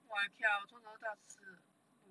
!wah! I tell you I 什么不要吃 ah 豆腐